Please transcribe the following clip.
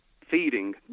feeding